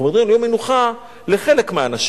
אנחנו מדברים על יום מנוחה לחלק מהאנשים.